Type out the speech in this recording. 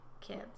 kids